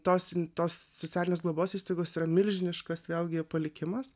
tos tos socialinės globos įstaigos yra milžiniškas vėlgi palikimas